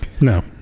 No